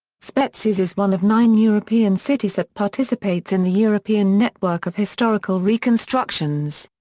spetses is one of nine european cities that participates in the european network of historical reconstructions.